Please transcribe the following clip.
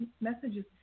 messages